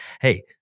hey